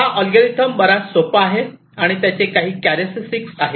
हा अल्गोरिदम बरा बराच सोपा आहे आणि त्याचे काही कॅरॅस्टिक्स आहे